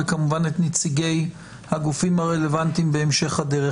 וכמובן את נציגי הגופים הרלוונטיים בהמשך הדרך.